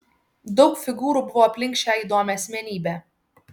daug figūrų buvo aplink šią įdomią asmenybę